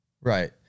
Right